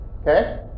Okay